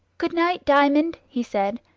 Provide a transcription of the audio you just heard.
good night, diamond, he said,